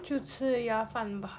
就吃鸭饭吧